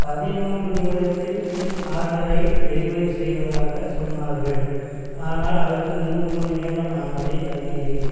பதிமூன்று நிமிடத்தில் என் ஆர்டரை டெலிவெரி செய்வதாகச் சொன்னார்கள் ஆனால் அதற்கு மூன்று மணிநேரம் ஆனதே அது ஏன்